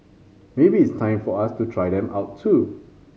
maybe it's time for us to try them out too